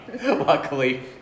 Luckily